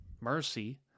mercy